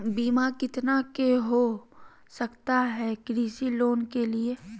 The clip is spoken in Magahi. बीमा कितना के हो सकता है कृषि लोन के लिए?